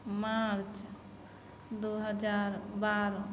मार्च दुइ हजार बारह